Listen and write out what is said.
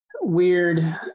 weird